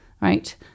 right